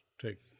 take